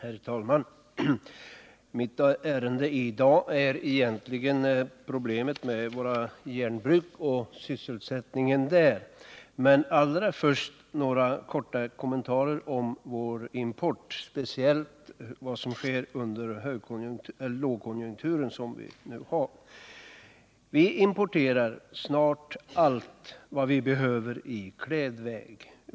Herr talman! Mitt ärende i dag är egentligen problemet med våra järnbruk och sysselsättningen där. Men allra först några korta kommentarer om vår import, speciellt under den lågkonjunktur vi nu har. Vi importerar snart allt vad vi behöver i klädväg.